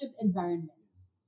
environments